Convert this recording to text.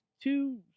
two